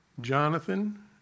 Jonathan